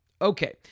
Okay